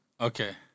Okay